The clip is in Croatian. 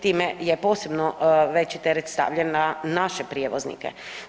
Time je posebno veći teret stavljen na naše prijevoznike.